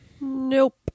Nope